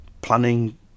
planning